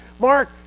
Mark